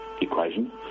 equation